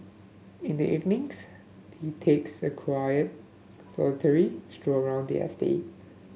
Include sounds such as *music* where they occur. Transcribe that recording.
in the evenings he takes a quiet solitary stroll around the *unintelligible*